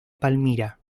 palmira